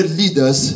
leaders